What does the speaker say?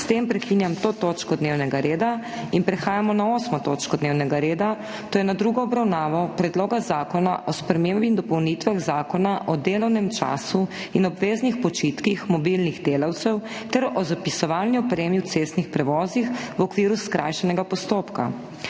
S tem zaključujem to točko dnevnega reda. **Nadaljujemo s****prekinjeno 8. točko dnevnega reda, to je s tretjo obravnavo Predloga zakona o spremembi in dopolnitvah Zakona o delovnem času in obveznih počitkih mobilnih delavcev ter o zapisovalni opremi v cestnih prevozih v okviru skrajšanega postopka**.